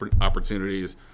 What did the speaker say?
opportunities